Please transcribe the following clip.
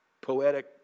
poetic